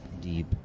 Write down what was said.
deep